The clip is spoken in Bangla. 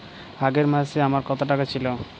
আগের মাসে আমার কত টাকা ছিল?